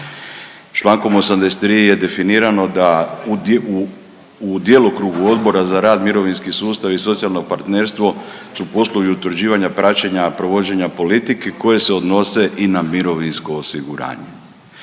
Čl. 83. je definirano da u djelokrugu Odbora za rad, mirovinski sustav i socijalno partnerstvo su poslovi utvrđivanja, praćenja i provođenja politike koje se odnose i na mirovinsko osiguranje.